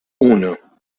uno